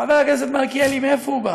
חבר הכנסת מלכיאלי, מאיפה הוא בא?